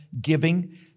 giving